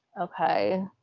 Okay